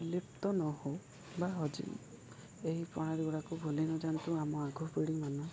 ଲିପ୍ତ ନ ହଉ ବା ହଜି ଏହି ପ୍ରଣାଳୀ ଗୁଡ଼ାକ ଭୁଲି ନଯାଆନ୍ତୁ ଆମ ଆଗ ପିଢ଼ି ମାନ